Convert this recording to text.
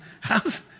How's